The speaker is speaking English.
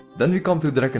then we come to dragon